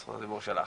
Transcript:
זכות הדיבור שלך.